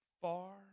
far